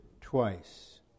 twice